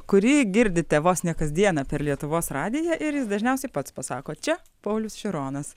kurį girdite vos ne kasdieną per lietuvos radiją ir jis dažniausiai pats pasako čia paulius šironas